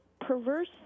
perverse